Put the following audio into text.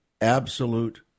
absolute